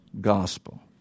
gospel